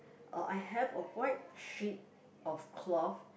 uh I have a white sheet of cloth